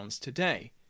today